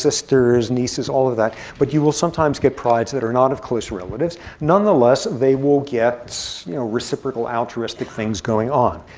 sisters, nieces, all of that. but you will sometimes get prides that are not of close relatives. nonetheless, they will get you know reciprocal altruistic things going on.